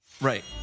Right